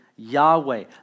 Yahweh